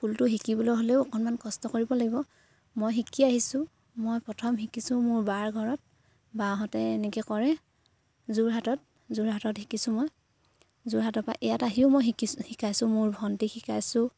ফুলটো শিকিবলৈ হ'লেও অকণমান কষ্ট কৰিব লাগিব মই শিকি আহিছোঁ মই প্ৰথম শিকিছোঁ মোৰ বাৰ ঘৰত বাহঁতে এনেকে কৰে যোৰহাটত যোৰহাটত শিকিছোঁ মই যোৰহাটৰ পৰা ইয়াত আহিও মই শিকিছোঁ শিকাইছোঁ মোৰ ভণ্টিক শিকাইছোঁ